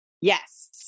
yes